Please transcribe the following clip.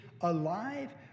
alive